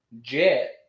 jet